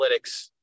analytics